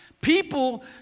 people